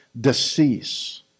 decease